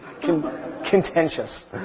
Contentious